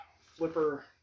flipper